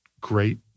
great